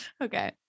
Okay